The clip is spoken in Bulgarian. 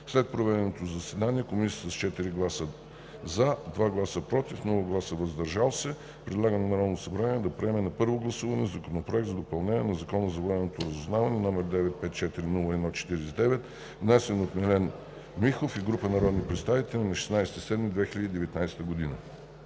След проведеното гласуване, Комисията с 4 гласа „за“, 2 гласа „против“ и без „въздържал се, предлага на Народното събрание да приеме на първо гласуване Законопроект за допълнение на Закона за военното разузнаване, № 954-01-49, внесен от Милен Михов и група народни представители на 16 юли 2019 г.“